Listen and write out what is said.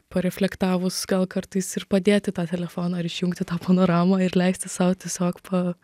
pareflektavus gal kartais ir padėti tą telefoną ar išjungti tą panoramą ir leisti sau tiesiog pa